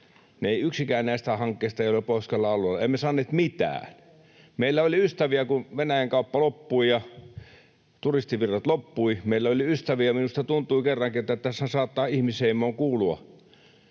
rata. Yksikään näistä hankkeista ei ole Pohjois-Karjalan alueella, emme saaneet mitään. Meillä oli ystäviä, kun Venäjän-kauppa loppui ja turistivirrat loppuivat. Meillä oli ystäviä, ja minusta tuntui kerrankin, että tässä saattaa ihmisheimoon kuulua.